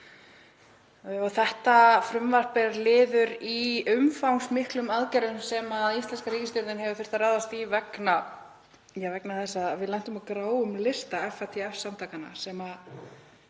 Þetta frumvarp er liður í umfangsmiklum aðgerðum sem íslenska ríkisstjórnin hefur þurft að ráðast í vegna þess að við lentum á gráum lista FATF-samtakanna, sem var